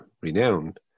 renowned